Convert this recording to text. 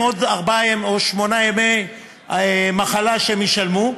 עוד ארבעה או שמונה ימי מחלה שהם ישלמו,